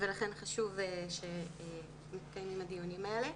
ולכן חשוב שמתקיימים הדיונים האלה.